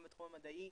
גם בתחום המדעי,